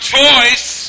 choice